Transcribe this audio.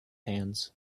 hands